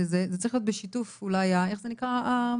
זה צריך להיות בשיתוף, איך זה נקרא?